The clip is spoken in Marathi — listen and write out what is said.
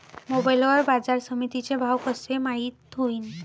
मोबाईल वर बाजारसमिती चे भाव कशे माईत होईन?